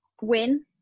win